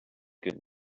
good